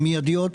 המיידיות,